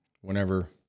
whenever